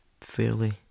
fairly